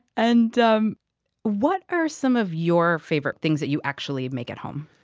and um what are some of your favorite things that you actually make at home?